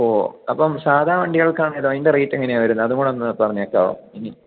ഓ അപ്പം സാധാ വണ്ടികൾക്കാണെങ്കിലോ അതിൻ്റെ റേറ്റ് എങ്ങനെയാ വരുന്നത് അതുകൂടെ ഒന്ന് പറഞ്ഞേക്കാമോ ഇനി